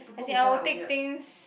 as I will take things